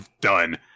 done